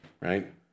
right